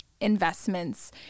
investments